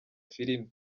filimi